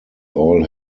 all